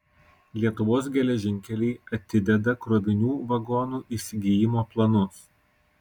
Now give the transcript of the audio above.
lietuvos geležinkeliai atideda krovinių vagonų įsigijimo planus